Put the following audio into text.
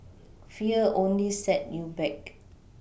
fear only set you back